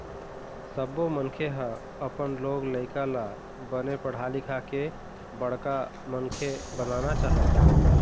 सब्बो मनखे ह अपन लोग लइका ल बने पढ़ा लिखा के बड़का मनखे बनाना चाहथे